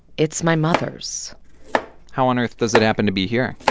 it's my mother's how on earth does it happen to be here?